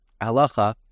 Halacha